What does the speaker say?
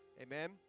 amen